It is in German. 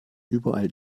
überall